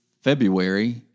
February